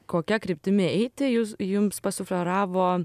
kokia kryptimi eiti jūs jums pasufleravo